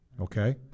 Okay